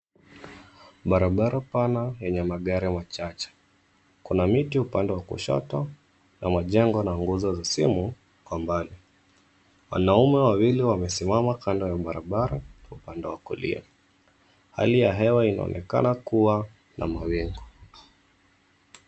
Barabara pana yenye magari machache, kuna miti upande kushoto na majengo na nguzo za simu kwa mbali. Wanaume wawili wamesimama kando ya barabara kwa upande wa kulia. Hali ya hewa inaonekana kuwa na mawingu.